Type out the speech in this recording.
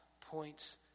points